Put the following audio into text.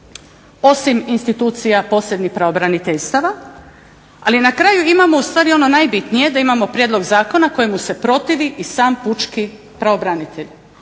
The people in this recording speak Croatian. Osim institucija posebnih pravobraniteljstava, ali na kraju imamo u stvari ono najbitnije da imamo prijedlog zakona kojemu se protivi i sam pučki pravobranitelj